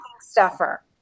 stuffer